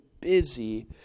busy